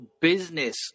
business